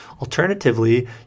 Alternatively